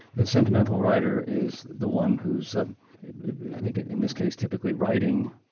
the sentimental writer is the one who's i think in this case typically writing,